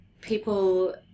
People